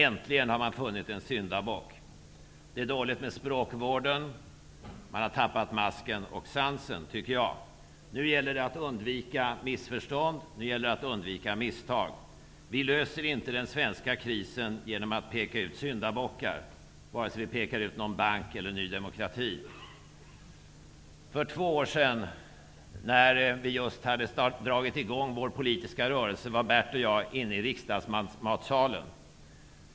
Äntligen har man funnit en syndabock. Det är dåligt med språkvården. Man har tappat masken och sansen, tycker jag. Nu gäller det att undvika missförstånd och misstag. Vi löser inte den svenska krisen genom att peka ut syndabockar, vare sig någon bank eller Ny demokrati. För två år sedan, när vi just hade dragit i gång vår politiska rörelse, var Bert Karlsson och jag inne i riksdagsmatsalen.